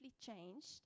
changed